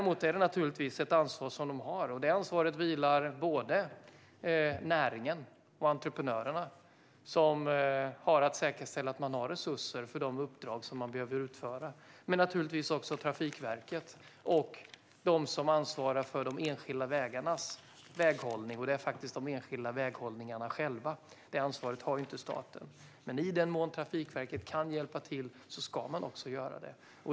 Man har naturligtvis ett ansvar, och det ansvaret vilar både på näringen och på entreprenörerna, att säkerställa att man har resurser för de uppdrag som man behöver utföra. Samma sak gäller naturligtvis också Trafikverket och de som ansvarar för de enskilda vägarnas väghållning, vilket faktiskt är de enskilda vägsamfälligheterna själva. Det ansvaret har inte staten. Men i den mån Trafikverket kan hjälpa till ska man också göra det.